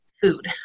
food